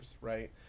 right